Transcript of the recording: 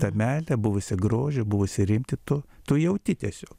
tą meilę buvusį grožį buvusią rimtį tu tu jauti tiesio